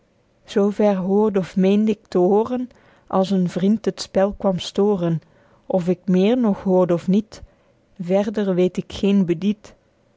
zoo ver hoorde of meende ik t'hooren als een vriend het spel kwam stooren of ik meer nog hoorde of niet verder weet ik geen bedied